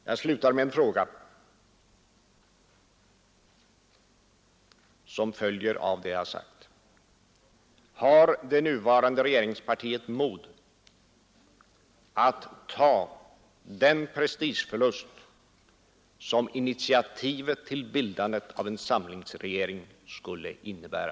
Jag slutar med en fråga som följer av det jag nu senast har sagt. Har det nuvarande regeringspartiet mod att ta den eventuella prestigeförlust som initiativet till bildandet av en samlingsregering skulle innebära?